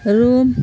Rome